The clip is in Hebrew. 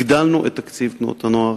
הגדלנו את תקציב תנועות הנוער